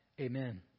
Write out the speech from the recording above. amen